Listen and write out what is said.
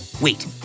wait